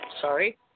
Sorry